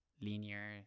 linear